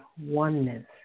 oneness